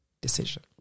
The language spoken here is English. decision